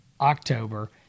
October